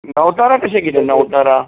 नवतारा कशें कितें नवतारा